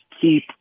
keep